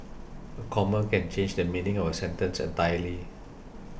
a comma can change the meaning of a sentence entirely